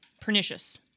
Pernicious